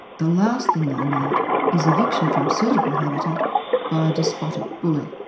the last thing they need is eviction from suitable habitat by a despotic bully.